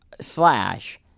Slash